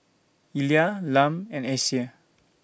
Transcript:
Elia Lum and Acie